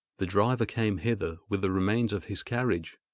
the driver came hither with the remains of his carriage,